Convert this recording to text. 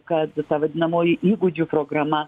kad ta vadinamoji įgūdžių programa